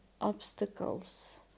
obstacles